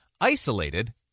isolated